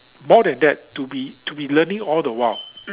more than that to be to be learning all the while